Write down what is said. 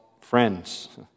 friends